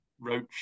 Roach